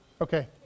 okay